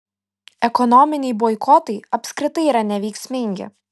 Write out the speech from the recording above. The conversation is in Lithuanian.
ekonominiai boikotai apskritai yra neveiksmingi